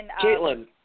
Caitlin